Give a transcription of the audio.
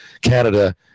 Canada